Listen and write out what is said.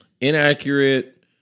inaccurate